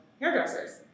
hairdressers